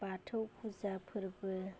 बाथौ फुजा फोर्बो